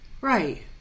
Right